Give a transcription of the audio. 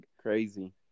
crazy